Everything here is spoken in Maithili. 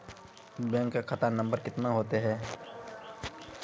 बैंक का खाता नम्बर कितने होते हैं?